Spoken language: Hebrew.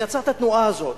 ויצר את התנועה הזאת,